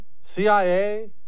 CIA